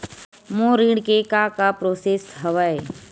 मोर ऋण के का का प्रोसेस हवय?